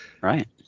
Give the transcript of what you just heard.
Right